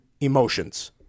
emotions